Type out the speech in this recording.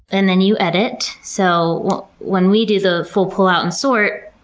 and then you edit. so when we do the full pull-out and sort,